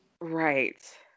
Right